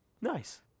Nice